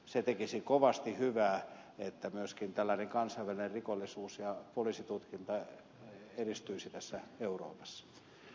se tekisi kovasti hyvää että myöskin tällainen kansainvälinen rikollisuus ja poliisitutkinta edistyisi tässä euroopassa